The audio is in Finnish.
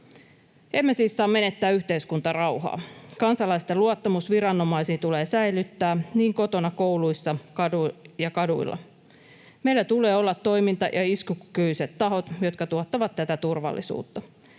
Emme siis saa menettää yhteiskuntarauhaa. Kansalaisten luottamus viranomaisiin tulee säilyttää niin kotona, kouluissa kuin kaduilla. Meillä tulee olla toiminta- ja iskukykyiset tahot, jotka tuottavat tätä turvallisuutta.